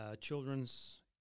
children's